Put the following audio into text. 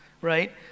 Right